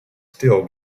still